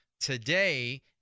today